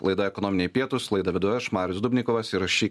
laida ekonominiai pietūs laidą vedu marius dubnikovas ir aš šį